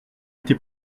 été